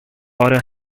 order